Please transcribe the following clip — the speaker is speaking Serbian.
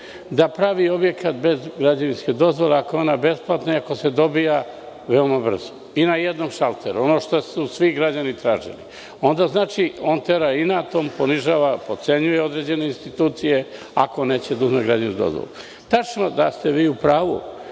da pravi objekat bez građevinske dozvole, ako je ona besplatna, ako se dobija veoma brzo i na jednom šalteru, ono što su svi građani tražili. To onda znači da on tera inat, ponižava i potcenjuje određene institucije, ako neće da uzme građevinsku dozvolu. Tačno da ste vi u pravu